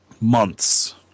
months